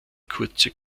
kurze